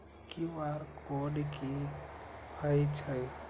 QR code कि हई छई?